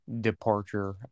departure